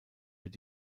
wird